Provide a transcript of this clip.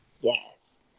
Yes